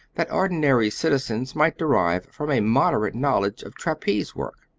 that ordinary citizens might derive from a moderate knowledge of trapeze work.